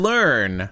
Learn